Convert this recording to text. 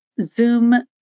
Zoom